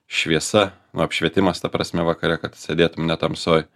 šviesa apšvietimas ta prasme vakare kad sėdėtum ne tamsoj